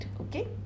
okay